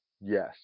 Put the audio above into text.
yes